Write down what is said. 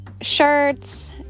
shirts